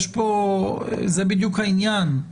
זה בדיוק העניין.